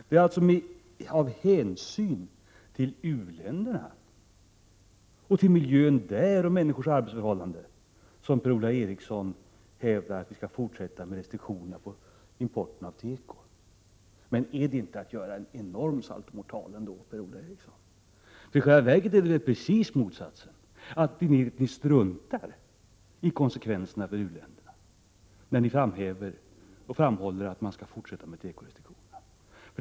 Det är alltså av hänsyn till u-länderna, och till miljön där och människors arbetsförhållan 145 den, som Per-Ola Eriksson hävdar att vi skall fortsätta med restriktioner för importen av tekovaror. Är det inte att göra en enorm saltomortal, Per-Ola Eriksson? I själva verket förhåller det sig på precis motsatt sätt. Det innebär att ni struntar i konsekvenserna för u-länderna, när ni framhåller att man skall fortsätta med restriktioner för importen av tekovaror.